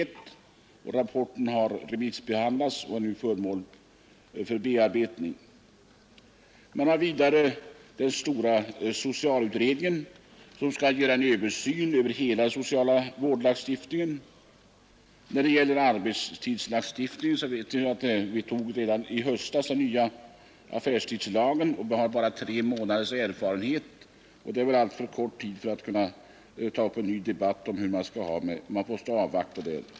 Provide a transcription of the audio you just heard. Rapporten har remissbehandlats och är nu föremål för bearbetning. Man har vidare den stora socialutredningen som skall göra en översyn av hela den sociala vårdlagstiftningen. När det gäller arbetstidslagstiftningen antog vi ju i höstas den nya affärstidslagen, och vi har bara tre månaders erfarenhet av den. Det är alltför kort tid för att vi skall kunna ta upp en ny debatt om detta; vi måste avvakta ytterligare erfarenheter.